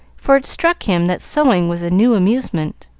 for it struck him that sewing was a new amusement.